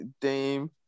Dame